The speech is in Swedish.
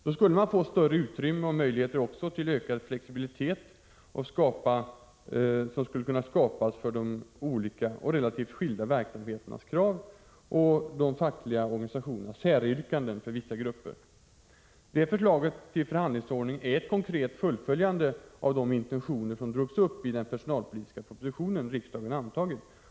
Därmed skulle utrymme och möjligheter ges till ökad flexibilitet för de olika och relativt skilda verksamheternas krav samt för de fackliga organisationernas säryrkanden för vissa grupper. Detta förslag till förhandlingsordning är ett konkret fullföljande av de intentioner som drogs upp i den personalpolitiska proposition som riksdagen antagit.